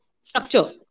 structure